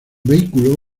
vehículo